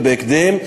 ובהקדם,